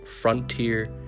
Frontier